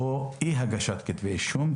או אי הגשת כתבי אישום.